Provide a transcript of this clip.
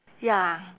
ya